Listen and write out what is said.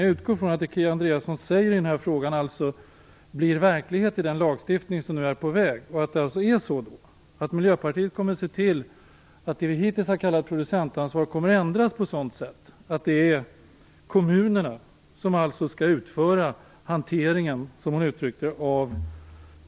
Jag utgår från att det Kia Andreasson säger i frågan blir verklighet i den lagstiftning som nu är på väg, och att Miljöpartiet kommer att se till att det vi hittills har kallat producentansvar kommer att ändras på ett sådant sätt att det är kommunerna som skall sköta hanteringen.